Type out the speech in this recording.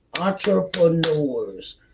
Entrepreneurs